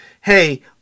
hey